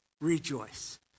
rejoice